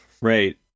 Right